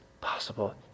possible